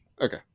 Okay